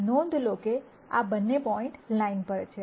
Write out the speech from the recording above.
નોંધ લો કે આ બંને પોઇન્ટ લાઇન પર છે